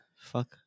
Fuck